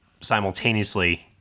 simultaneously